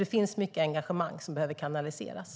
Det finns mycket engagemang som behöver kanaliseras.